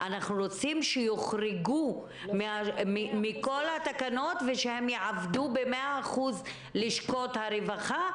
אנחנו רוצים שהם יוחרגו מכל התקנות ושהם יעבדו ב-100% לשכות הרווחה,